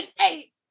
eight